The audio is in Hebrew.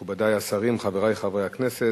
תודה רבה לך, מכובדי השרים, חברי חברי הכנסת,